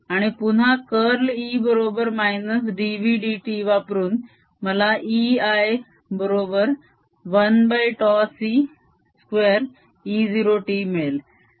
आणि पुन्हा curl E बरोबर -dvdt वापरून मला E l बरोबर 1τ c 2 E0t मिळेल